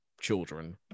children